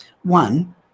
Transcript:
One